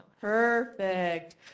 perfect